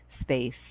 space